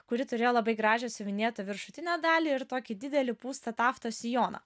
kuri turėjo labai gražią siuvinėtą viršutinę dalį ir tokį didelį pūstą taftos sijoną